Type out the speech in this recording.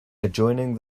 adjoining